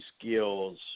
skills